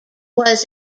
was